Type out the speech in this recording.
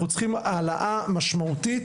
אנחנו צריכים העלאה משמעותית,